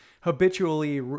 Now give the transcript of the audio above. habitually